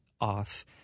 off